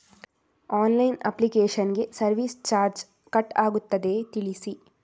Online application ಗೆ service charge cut ಆಗುತ್ತದೆಯಾ ತಿಳಿಸಿ?